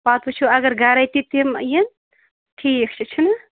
پَتہٕ وُچھو اگر گھرٔے تہِ تِم ٲں یِن ٹھیٖک چھُ چھُ نا